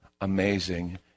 amazing